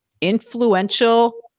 influential